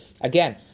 again